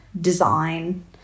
design